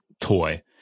toy